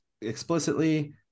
explicitly